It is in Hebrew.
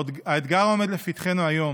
האתגר העומד לפתחנו היום,